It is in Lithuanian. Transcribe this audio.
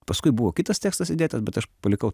paskui buvo kitas tekstas įdėtas bet aš palikau